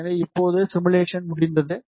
எனவே இப்போது சிமுலேஷன் முடிந்தது